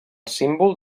símbol